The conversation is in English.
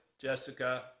Jessica